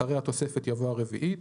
אחרי "התוספת" יבוא "הרביעית".